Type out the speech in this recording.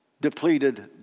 depleted